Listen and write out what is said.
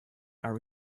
are